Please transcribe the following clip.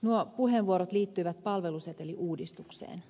nuo puheenvuorot liittyivät palveluseteliuudistukseen